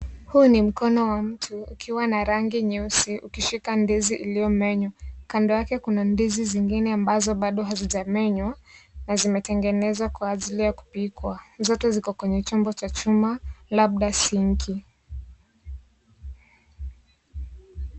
Huu ni mkono wa mtu ukiwa na rangi nyeusi ukishika ndizi iliyo menyu, kando yake kuna ndizi zingine ambazo bado hazijamenywa na zimetengenezwa kwa ajili ya kupilwa zote ziko kwenye chombo cha chuma labda sinki.